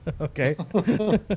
Okay